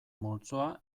multzoa